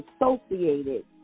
associated